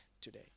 today